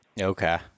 Okay